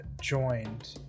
joined